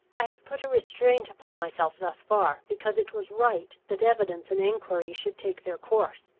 i have put a restraint upon myself thus far, because it was right that evidence and enquiry should take their course.